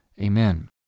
Amen